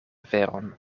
veron